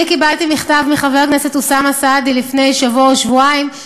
אני קיבלתי מכתב מחבר הכנסת אוסאמה סעדי לפני שבוע או שבועיים,